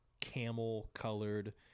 camel-colored